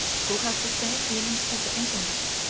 who have the same feelings as the intendant,